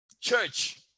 church